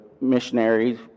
missionaries